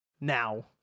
now